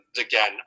again